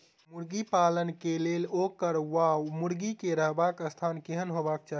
मुर्गी पालन केँ लेल ओकर वा मुर्गी केँ रहबाक स्थान केहन हेबाक चाहि?